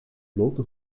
blote